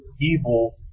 evil